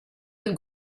del